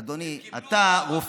אדוני, הם קיבלו,